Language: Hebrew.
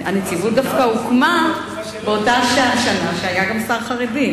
הנציבות דווקא הוקמה באותה שנה שהיה גם שר חרדי,